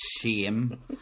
shame